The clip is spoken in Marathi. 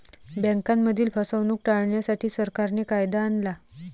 बँकांमधील फसवणूक टाळण्यासाठी, सरकारने कायदा आणला